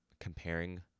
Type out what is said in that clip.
comparing